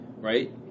right